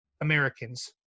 Americans